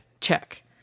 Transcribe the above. check